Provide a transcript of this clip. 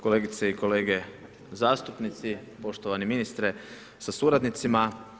Kolegice i kolege zastupnici, poštovani ministre sa suradnicima.